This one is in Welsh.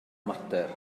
mater